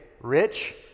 rich